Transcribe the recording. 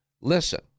Listen